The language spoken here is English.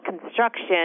construction